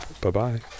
Bye-bye